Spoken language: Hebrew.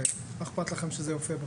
מה אכפת לכם שזה יופיע בחוק?